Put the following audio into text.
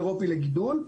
לגידול.